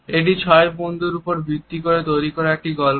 এটি 6 জন বন্ধুর ওপর ভিত্তি করে তৈরি একটি গল্প